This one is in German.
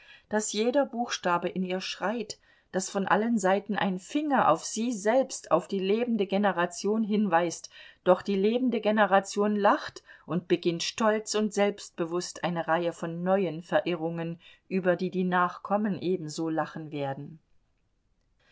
daß jeder buchstabe in ihr schreit daß von allen seiten ein finger auf sie selbst auf die lebende generation hinweist doch die lebende generation lacht und beginnt stolz und selbstbewußt eine reihe von neuen verirrungen über die die nachkommen ebenso lachen werden